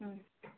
ம்